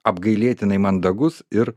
apgailėtinai mandagus ir